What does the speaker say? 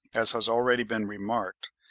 as has already been remarked,